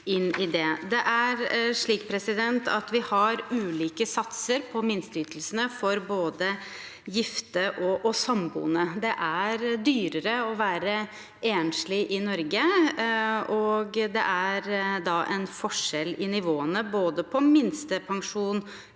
Det er slik at vi har ulike satser for minsteytelsene for både gifte og samboende. Det er dyrere å være enslig i Norge, og det er en forskjell i nivåene både på minstepensjonen,